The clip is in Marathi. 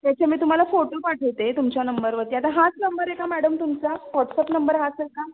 त्याचे मी तुम्हाला फोटो पाठवते तुमच्या नंबरवरती आता हाच नंबर आहे का मॅडम तुमचा व्हॉट्सअप नंबर हाच आहे का